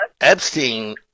Epstein